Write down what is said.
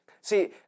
See